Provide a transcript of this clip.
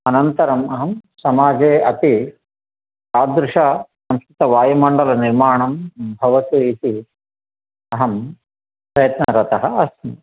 अनन्तरम् अहं समाजे अपि तादृशसंस्कृतवायुमण्डलनिर्माणं भवतु इति अहं प्रयत्नरतः अस्मि